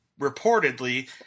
reportedly